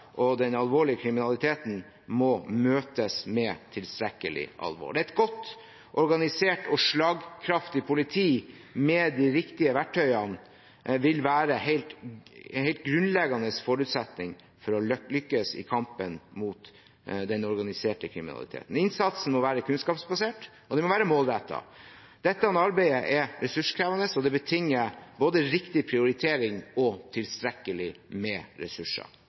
og den alvorlige kriminaliteten må møtes med tilstrekkelig alvor. Et godt organisert og slagkraftig politi med de riktige verktøyene vil være en helt grunnleggende forutsetning for å lykkes i kampen mot den organiserte kriminaliteten. Innsatsen må være kunnskapsbasert, og den må være målrettet. Dette arbeidet er ressurskrevende, og det betinger både riktig prioritering og tilstrekkelig med ressurser.